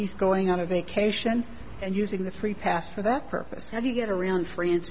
he's going on a vacation and using the free pass for that purpose how do you get around